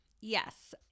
Yes